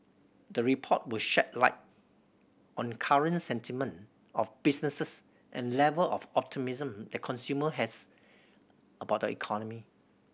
the report will shed light on current sentiment of businesses and level of optimism that consumer has about the economy